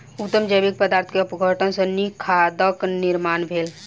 उत्तम जैविक पदार्थ के अपघटन सॅ नीक खादक निर्माण भेल